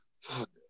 Fuck